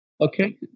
Okay